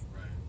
right